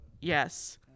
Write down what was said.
Yes